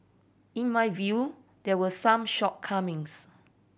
in my view there were some shortcomings